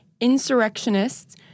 insurrectionists